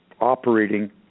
operating